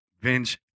Vince